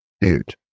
dude